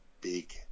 big